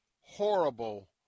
horrible